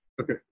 Okay